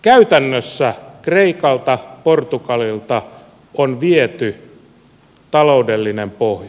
käytännössä kreikalta portugalilta on viety taloudellinen pohja